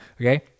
okay